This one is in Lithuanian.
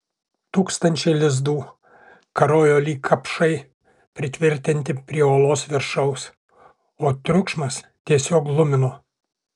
tūkstančiai lizdų karojo lyg kapšai pritvirtinti prie olos viršaus o triukšmas tiesiog glumino